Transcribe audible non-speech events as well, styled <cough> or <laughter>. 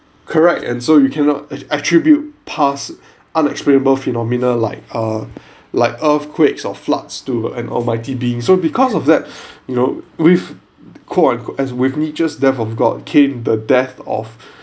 correct and so you cannot attribute past unexplainable phenomena like uh like earthquakes or floods to an almighty being so because of that <breath> you know with quote unquote as we witnesseth the death of god came the death of